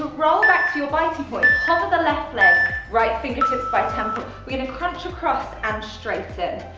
roll back to your biting point. hover the left leg. right fingertips by we're going to crunch across and straighten.